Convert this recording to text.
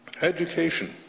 Education